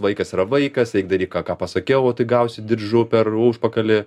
vaikas yra vaikas eik daryk ką ką pasakiau o tai gausi diržu per užpakalį